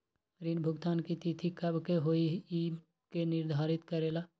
ऋण भुगतान की तिथि कव के होई इ के निर्धारित करेला?